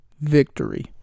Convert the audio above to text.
victory